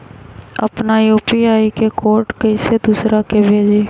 अपना यू.पी.आई के कोड कईसे दूसरा के भेजी?